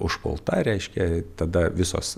užpulta reiškia tada visos